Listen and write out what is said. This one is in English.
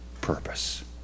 purpose